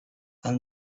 had